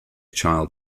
child